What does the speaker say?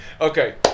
okay